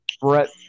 Brett